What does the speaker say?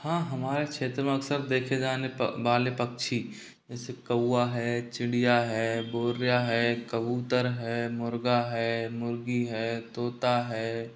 हाँ हमारे क्षेत्र में अक्सर देखे जाने वाले पक्षी जैसे कौवा है चिड़िया है गौरया है कबूतर है मुर्गा है मुर्गी है तोता है